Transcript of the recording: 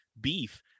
beef